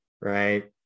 right